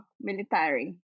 military